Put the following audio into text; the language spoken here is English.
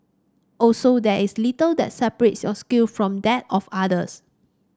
also there is little that separates your skill from that of others